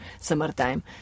summertime